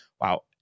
Wow